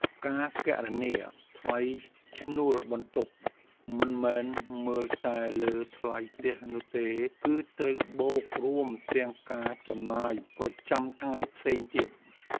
ការគណនាថ្លៃឈ្នួលបន្ទប់មិនមែនមើលតែលើថ្លៃផ្ទះនោះទេ គឺត្រូវបូករួមទាំងការចំណាយប្រចាំថ្ងៃផ្សេងទៀត។